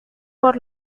por